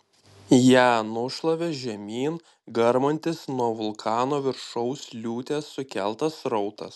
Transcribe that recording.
ją nušlavė žemyn garmantis nuo vulkano viršaus liūties sukeltas srautas